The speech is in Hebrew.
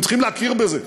הם צריכים להכיר בזה,